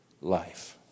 life